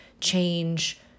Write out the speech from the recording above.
change